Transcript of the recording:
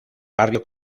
barrio